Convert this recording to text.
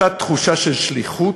אותה תחושה של שליחות,